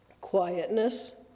quietness